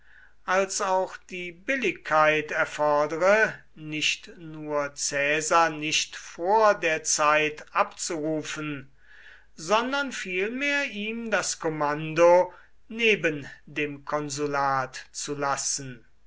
als auch die billigkeit erfordere nicht nur caesar nicht vor der zeit abzurufen sondern vielmehr ihm das kommando neben dem konsulat zu lassen